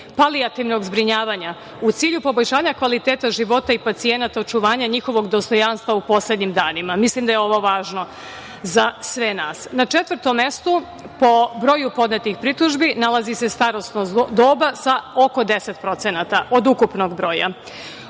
palijativnog zbrinjavanja u cilju poboljšanja kvaliteta života i pacijenata, očuvanja njihovog dostojanstva u poslednjim danima. Mislim da je ovo važno za sve nas. Na četvrtom mestu po broju podnetih pritužbi nalazi se starosno doba sa oko 10% od ukupnog broja. Takođe